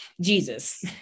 Jesus